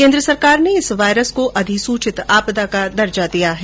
केन्द्र सरकार ने इस वायरस को अधिसूचित आपदा का दर्जा दिया है